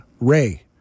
Ray